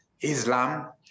Islam